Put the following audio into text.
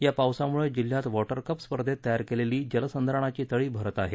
या पावसामुळे जिल्ह्यात वॉटर कप स्पर्धेत तयार केलेली जलसंधारणाची तळी भरत आहेत